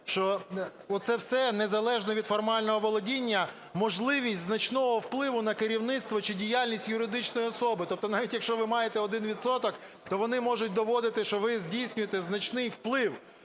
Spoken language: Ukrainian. що це все незалежно від формального володіння можливість значного впливу на керівництво чи діяльність юридичної особи. Тобто навіть якщо ви маєте один відсоток, то вони можуть доводити, що ви здійснюєте значний вплив.